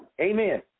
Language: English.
Amen